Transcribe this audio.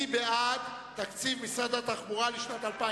מי בעד תקציב משרד התחבורה לשנת 2009?